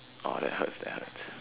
orh that hurts that hurts